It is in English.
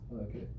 Okay